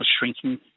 shrinking